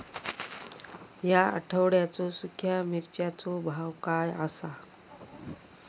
या आठवड्याचो सुख्या मिर्चीचो भाव काय आसा?